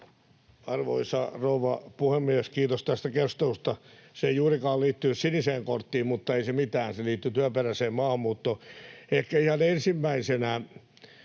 Arvoisa rouva puhemies! Kiitos tästä keskustelusta. Se ei juurikaan liittynyt siniseen korttiin, mutta ei se mitään, se liittyi työperäiseen maahanmuuttoon. Ehkä ihan ensimmäisenä